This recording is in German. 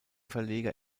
verleger